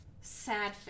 sad